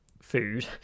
food